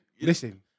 Listen